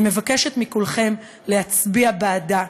אני מבקשת מכולכם להצביע בעדה,